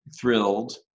thrilled